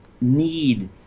need